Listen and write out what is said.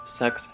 sex